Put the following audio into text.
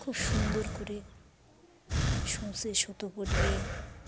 খুব সুন্দর করে সূচে সুতো পড়িয়ে